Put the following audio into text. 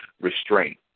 restraint